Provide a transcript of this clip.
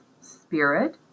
spirit